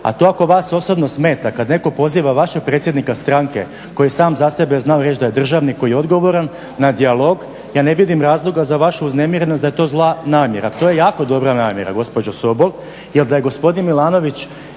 a to ako vas osobno smeta kada netko poziva vašeg predsjednika stranke koji je sam za sebe znao reći da je državnik koji je odgovoran, na dijalog, ja ne vidim razloga za vašu uznemirenost da je to zla namjera. To je jako dobra namjera gospođo Sobol jel da je gospodin Milanović